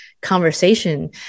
conversation